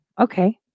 Okay